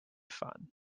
fun